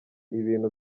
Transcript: ibintu